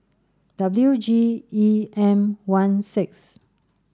W G E M one six